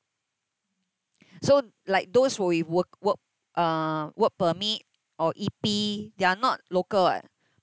so like those who with work work uh work permit or E_P they are not local eh